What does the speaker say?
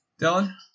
Dylan